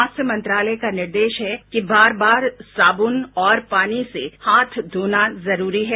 स्वास्थ्य मंत्रालय का निर्देश है कि बार बार साबुन और पानी से हाथ धोना जरूरी है